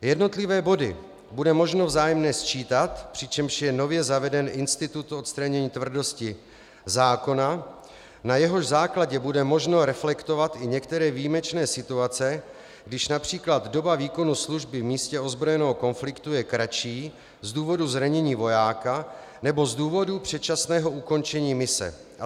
Jednotlivé body bude možno vzájemně sčítat, přičemž je nově zaveden institut odstranění tvrdosti zákona, na jehož základě bude možno reflektovat i některé výjimečné situace, když například doba výkonu služby v místě ozbrojeného konfliktu je kratší z důvodu zranění vojáka nebo z důvodů předčasného ukončení mise atp.